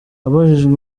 abajijwe